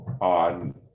on